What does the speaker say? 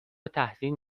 تحسین